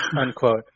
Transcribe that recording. unquote